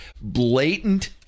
blatant